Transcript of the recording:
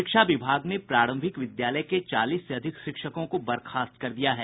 शिक्षा विभाग ने प्रारंभिक विद्यालय के चालीस से अधिक शिक्षकों को बर्खास्त कर दिया है